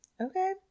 Okay